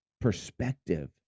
perspective